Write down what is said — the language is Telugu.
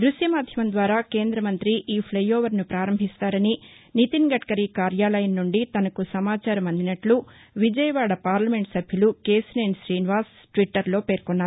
దృశ్య మాధ్యమం ద్వారా కేంద మంతి ఈ ప్టై ఓవర్ ను ప్రారంభిస్తారని నితిన్ గద్కరీ కార్యాలయం నుండి తనకు సమాచారం అందినట్లు విజయవాడ పార్లమెంటు సభ్యులు కేశినేని శీనివాస్ ట్విట్టర్లో పేర్కొన్నారు